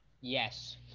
Yes